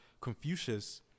confucius